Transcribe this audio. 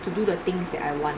to do the things that I want